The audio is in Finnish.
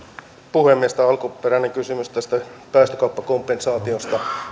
puhemies alkuperäinen kysymys päästökauppakompensaatiosta